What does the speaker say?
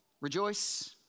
Rejoice